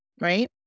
right